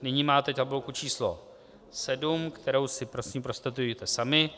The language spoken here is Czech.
Nyní máte tabulku číslo 7, kterou si prosím prostudujte sami.